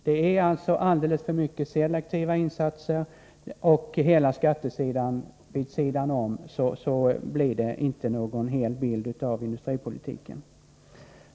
Det är alldeles för mycket selektiva insatser, och med alla skattefrågorna vid sidan om blir det inte någon hel bild av industripolitiken.